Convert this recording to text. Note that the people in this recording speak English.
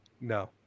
No